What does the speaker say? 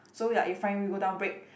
so ya if front wheel go down brake